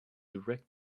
erect